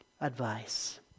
advice